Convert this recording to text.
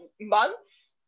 months